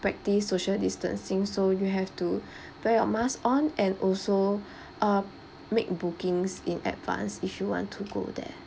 practice social distancing so you have to wear you mask on and also uh make bookings in advance if you want to go there